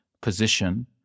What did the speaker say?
position